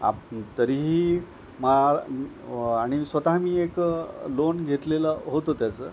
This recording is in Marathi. आप् तरीही मा आणि स्वतः मी एक लोण घेतलेलं होतं त्याचं